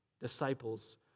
Disciples